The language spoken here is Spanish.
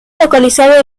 localizada